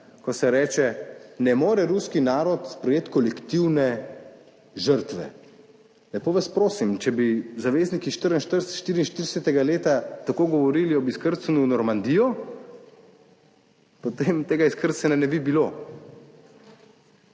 ko se reče, ne more ruski narod sprejeti kolektivne žrtve. Lepo vas prosim! Če bi zavezniki 44. leta tako govorili ob izkrcanju v Normandijo, potem tega izkrcanja ne bi bilo.